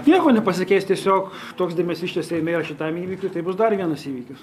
nieko nepasikeis tiesiog toks dėmesys čia seime ir šitam įvykiui tai bus dar vienas įvykis